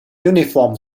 uniform